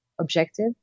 objective